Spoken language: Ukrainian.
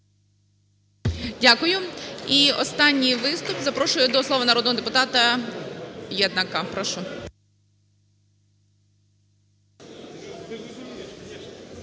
Дякую. І останній виступ, запрошую до слова народного депутата Єднака, прошу.